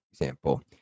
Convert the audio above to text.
example